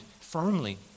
firmly